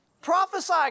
Prophesy